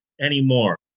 anymore